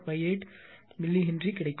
58 millihenry கிடைக்கும்